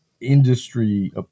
industry